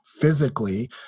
physically